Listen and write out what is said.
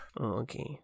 Okay